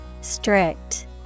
Strict